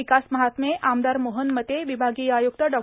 विकास महात्मेआमदार मोहन मते विभागीय आय्क्त डॉ